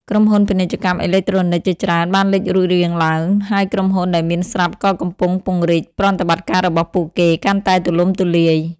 ក្រុមហ៊ុន ពាណិជ្ជកម្មអេឡិចត្រូនិក ជាច្រើនបានលេចរូបរាងឡើង ហើយក្រុមហ៊ុនដែលមានស្រាប់ក៏កំពុងពង្រីកប្រតិបត្តិការរបស់ពួកគេកាន់តែទូលំទូលាយ។